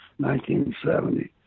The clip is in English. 1970